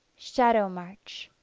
shadow march